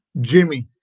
Jimmy